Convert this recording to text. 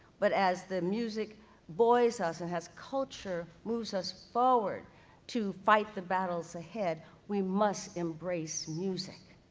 but as the music buoy's us, and as culture moves us forward to fight the battles ahead, we must embrace music.